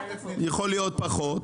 יכול להיות פחות,